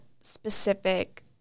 specific